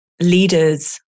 leaders